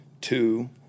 two